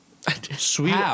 Sweet